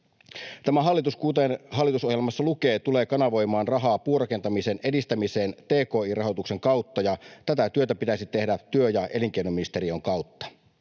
Tämä hallitus, kuten hallitusohjelmassa lukee, tulee kanavoimaan rahaa puurakentamisen edistämiseen tki-rahoituksen kautta, ja tätä työtä pitäisi tehdä työ- ja elinkeinoministeriön kautta